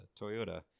toyota